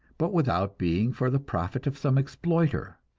but without being for the profit of some exploiter!